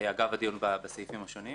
אגב הדיון בסעיפים אם תרצו.